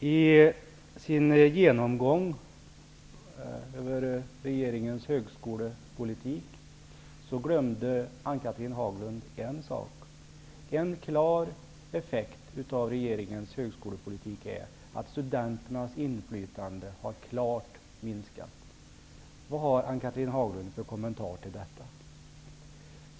Herr talman! I sin genomgång av regeringens högskolepolitik glömde Ann-Cathrine Haglund en sak. En tydlig effekt av regeringens högskolepolitik är att studenternas inflytande har minskat. Vad har Ann-Cathrine Haglund för kommentar till detta?